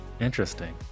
Interesting